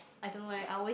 I don't know leh I always